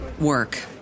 work